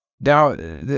Now